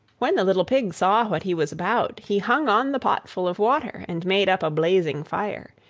when the little pig saw what he was about, he hung on the pot full of water, and made up a blazing fire,